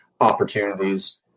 opportunities